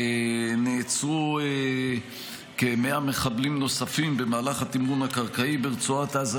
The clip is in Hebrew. נעצרו כ-100 מחבלים נוספים במהלך התמרון הקרקעי ברצועת עזה,